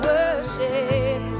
Worship